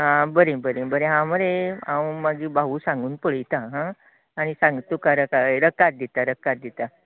आ बरें बरें बरें बरें हांव मरे म्हजें भाऊक सांगून पळयतां आं आनी सांगता तुका रकाद दितां रकाद दितां